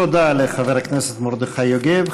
תודה לחבר הכנסת מרדכי יוגב.